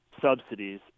subsidies